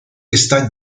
está